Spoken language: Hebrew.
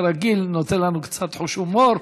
כרגיל, נותן לנו קצת חוש הומור.